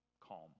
calm